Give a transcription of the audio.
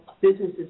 businesses